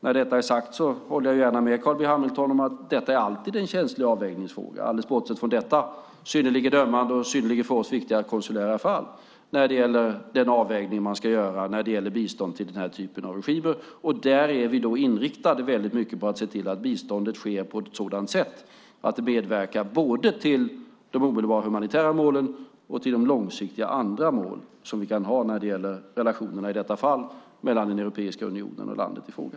När detta är sagt håller jag gärna med Carl B Hamilton om att det alltid är en känslig avvägning att göra, alldeles bortsett från detta synnerligen ömmande och synnerligen för oss viktiga konsulära fall, när det gäller bistånd till den här typen av regimer. Därför är vi inriktade väldigt mycket på att se till att biståndet sker på ett sådant sätt att det medverkar både till de omedelbara humanitära målen och till de långsiktiga andra mål som vi kan ha när det gäller relationerna, i detta fall mellan Europeiska unionen och landet i fråga.